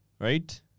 right